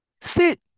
sit